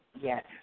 Yes